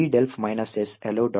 output ಈ ರೀತಿ ಕಾಣುತ್ತದೆ